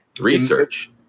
Research